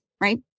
right